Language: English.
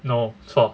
no 错